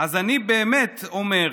"אז אני באמת אומר,